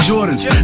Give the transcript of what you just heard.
Jordans